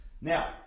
Now